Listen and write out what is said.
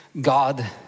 God